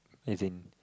as in